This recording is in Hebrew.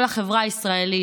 כל החברה הישראלית,